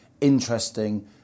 interesting